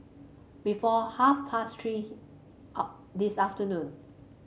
before half past Three this afternoon